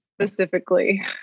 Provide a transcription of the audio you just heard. specifically